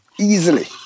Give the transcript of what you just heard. easily